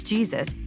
Jesus